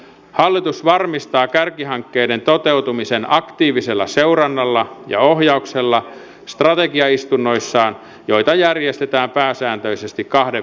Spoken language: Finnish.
hallitus varmistaa kärkihankkeiden toteutumisen aktiivisella seurannalla ja ohjauksella strategiaistunnoissaan joita järjestetään pääsääntöisesti kahden viikon välein